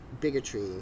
Bigotry